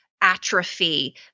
atrophy